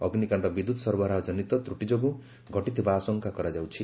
ଅଗ୍ନିକାଣ୍ଡ ବିଦ୍ୟୁତ୍ ସରବରାହ ଜନିତ ତ୍ରଟି ଯୋଗୁଁ ଘଟିଥିବାର ଆଶଙ୍କା କରାଯାଉଛି